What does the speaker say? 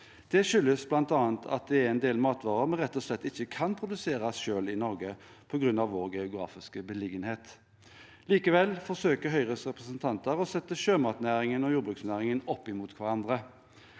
Det skyldes bl.a. at det er en del matvarer vi rett og slett ikke kan produsere selv i Norge på grunn av vår geografiske beliggenhet. Likevel forsøker Høyres representanter å sette sjømatnæringen og jordbruksnæringen opp mot hverandre.